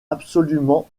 absolument